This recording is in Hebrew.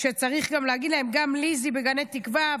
גם ליזי בגני תקווה,